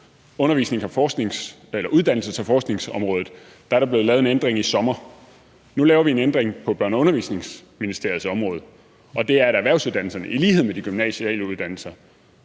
uddannelses- og forskningsområdet er blevet lavet en ændring i sommer. Nu laver vi en ændring på Børne- og Undervisningsministeriets område om, at erhvervsuddannelserne i lighed med de gymnasiale uddannelser